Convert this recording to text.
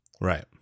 right